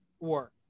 work